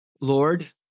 Lord